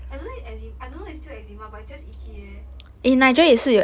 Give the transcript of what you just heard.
I don't as in I don't know is still eczema but it's just itchy eh as in like